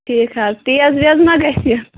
ٹھیٖک حظ تیز ویز ما گژھِ یہِ